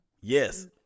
yes